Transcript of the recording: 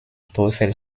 teufel